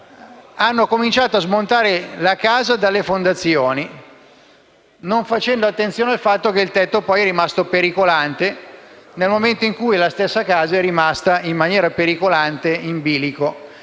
Hanno cominciato a smontare la casa dalle fondamenta, non facendo attenzione al fatto che il tetto poi è rimasto pericolante, nel momento in cui la stessa casa è rimasta pericolosamente in bilico.